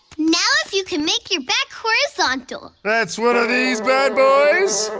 now if you could make your back horizontal. that's one of these bad boys.